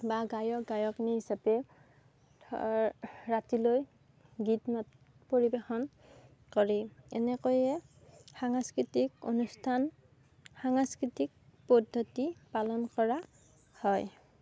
বা গায়ক গায়কনী হিচাপে ধৰ ৰাতিলৈ গীত নাট পৰিৱেশন কৰি এনেকৈয়ে সাংস্কৃতিক অনুষ্ঠান সাংস্কৃতিক পদ্ধতি পালন কৰা হয়